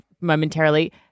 momentarily